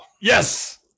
Yes